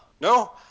No